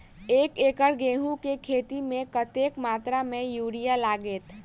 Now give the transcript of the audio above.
एक एकड़ गेंहूँ केँ खेती मे कतेक मात्रा मे यूरिया लागतै?